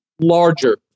larger